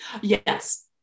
Yes